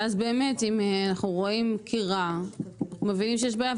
ואז באמת אם אנחנו רואים כי רע מבינים שיש בעיה,